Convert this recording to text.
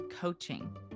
Coaching